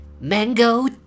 Mango